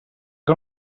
que